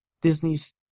Disney's